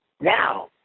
now